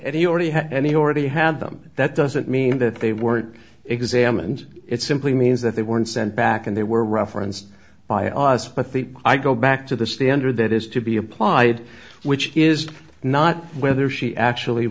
and he already had and he already had them that doesn't mean that they weren't examined it simply means that they weren't sent back and they were referenced by us but the i go back to the standard that is to be applied which is not whether she actually